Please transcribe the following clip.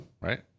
right